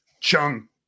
Chung